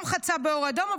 גם חצה באור אדום,